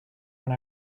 when